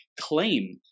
claim